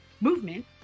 movement